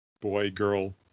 boy-girl